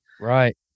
right